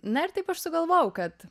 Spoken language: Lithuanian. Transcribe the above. na ir taip aš sugalvojau kad